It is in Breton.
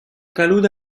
gallout